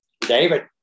David